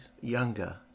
younger